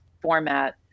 format